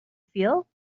feel